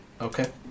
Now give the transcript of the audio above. Okay